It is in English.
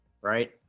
right